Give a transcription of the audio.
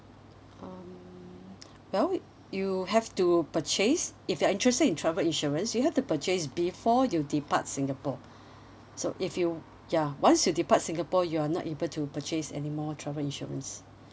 um well you have to purchase if you are interested in travel insurance you have to purchase before you depart singapore so if you ya once you depart singapore you're not able to purchase anymore travel insurance